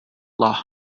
loch